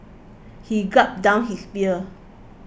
he gulped down his beer